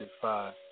five